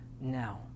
now